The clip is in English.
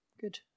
good